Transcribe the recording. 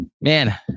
Man